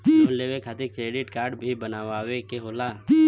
Loan लेवे खातिर credit काडे भी बनवावे के होला?